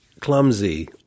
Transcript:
clumsy